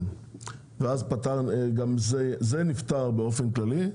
זה נפתר באופן כללי,